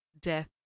death